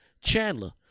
Chandler